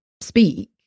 speak